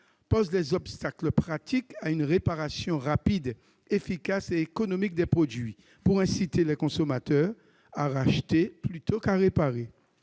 posent des obstacles pratiques à une réparation rapide, efficace et économique des produits pour inciter les consommateurs à racheter plutôt qu'à réparer.